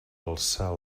alçar